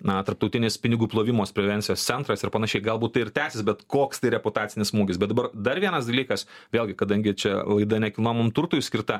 na tarptautinis pinigų plovimosi prevencijos centras ir panašiai galbūt tai ir tęsis bet koks tai reputacinis smūgis bet dar vienas dalykas vėlgi kadangi čia laida nekilnojamam turtui skirta